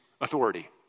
authority